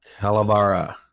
Calavera